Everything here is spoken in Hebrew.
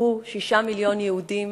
נטבחו שישה מיליון יהודים